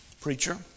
preacher